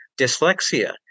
dyslexia